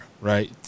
right